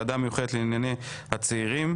הוועדה המיוחדת לענייני הצעירים.